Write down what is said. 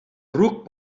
ruc